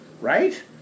right